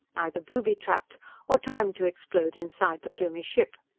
either booby-trapped or timed to explode inside the plumie ship.